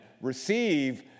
receive